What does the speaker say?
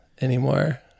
anymore